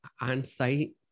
on-site